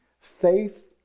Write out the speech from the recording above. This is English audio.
faith